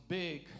big